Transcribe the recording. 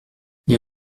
les